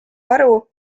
aru